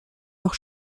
noch